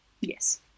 yes